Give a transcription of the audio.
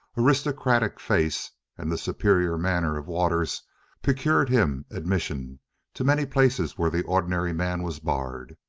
aristocratic face, and the superior manner of waters procured him admission to many places where the ordinary man was barred.